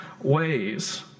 ways